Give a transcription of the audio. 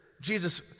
Jesus